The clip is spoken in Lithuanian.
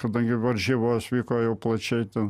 kadangi varžybos vyko jau plačiai ten